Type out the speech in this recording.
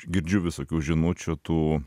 girdžiu visokių žinučių tų